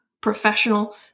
professional